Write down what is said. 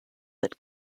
that